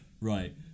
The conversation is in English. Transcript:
Right